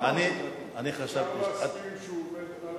אפשר להסכים שהוא עובד על המדינה.